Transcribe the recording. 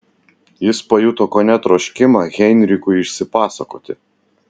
jis pajuto kone troškimą heinrichui išsipasakoti